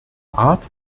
art